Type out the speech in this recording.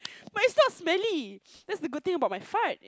but it's not smelly that's a good thing about my fart